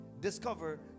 discover